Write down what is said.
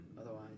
otherwise